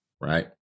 right